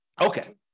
Okay